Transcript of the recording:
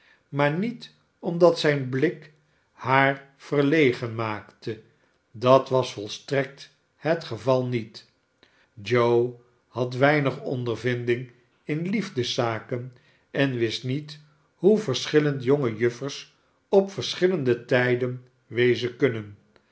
maar niet omdat zijn blik haar verlegen maakte dat was volstrekt het geval niet joe had weinig ondervinding in liefdeszaken en wist niet hoe verschillend jonge juffers op verschillende tijden wezen kunnen